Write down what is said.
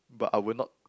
but I will not